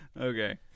Okay